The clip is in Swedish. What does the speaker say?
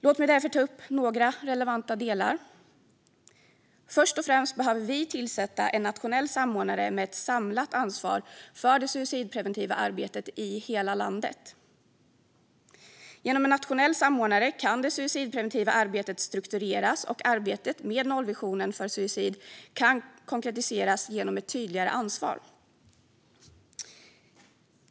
Låt mig därför ta upp några relevanta delar. Först och främst behöver vi tillsätta en nationell samordnare med ett samlat ansvar för det suicidpreventiva arbetet i hela landet. Genom en nationell samordnare kan det suicidpreventiva arbetet struktureras, och arbetet med nollvisionen för suicid kan konkretiseras genom ett tydligare ansvar.